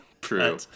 True